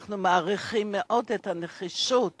אנחנו מעריכים מאוד את הנחישות